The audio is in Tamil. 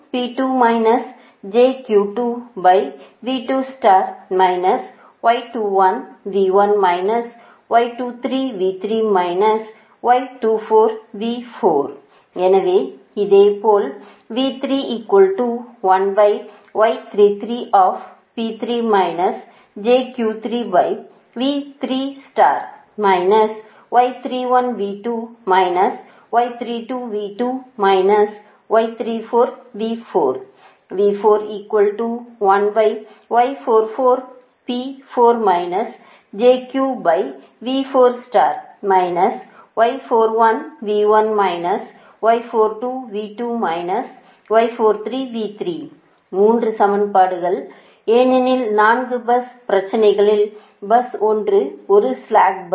எனவே எனவே இதேபோல் மூன்று சமன்பாடுகள் ஏனெனில் 4 பஸ் பிரச்சனைகளில் பஸ் 1 ஒரு ஸ்ளாக் பஸ்